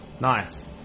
Nice